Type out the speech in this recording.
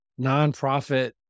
nonprofit